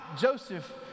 Joseph